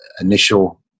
initial